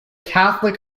catholic